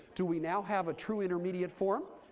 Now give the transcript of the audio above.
do we now have a true intermediate form?